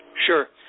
Sure